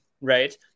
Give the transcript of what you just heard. right